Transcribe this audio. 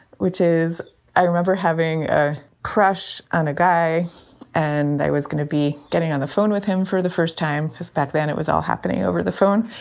which is i remember having a crush on a guy and i was going to be getting on the phone with him for the first time. back then, it was all happening over the phone.